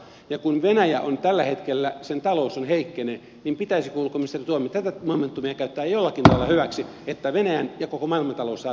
ja kun venäjän talous tällä hetkellä heikkenee niin pitäisikö ulkoministeri tuomioja tätä momentumia käyttää jollakin lailla hyväksi että venäjän ja koko maailman talous saataisiin käyntiin